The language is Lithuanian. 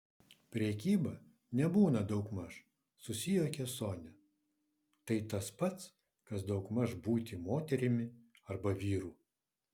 prekyba nebūna daugmaž susijuokė sonia tai tas pats kas daugmaž būti moterimi arba vyru